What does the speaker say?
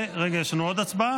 רגע, יש לנו עוד הצבעה?